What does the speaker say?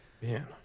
man